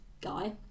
guy